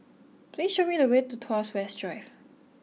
please show me the way to Tuas West Drive